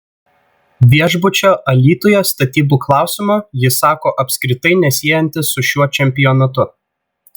viešbučio alytuje statybų klausimo jis sako apskritai nesiejantis su šiuo čempionatu